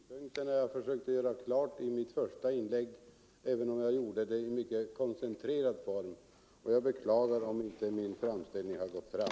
Herr talman! Det var just de punkterna jag försökte klargöra i mitt första inlägg, även om jag gjorde det i mycket koncentrerad form. Jag beklagar om inte min framställning har gått fram.